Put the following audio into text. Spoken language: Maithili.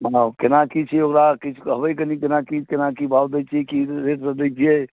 प्रणाम केना की छै किछु कहबै कनि केना कि केना की भाव दइ छियै की रेट लगबैत छियै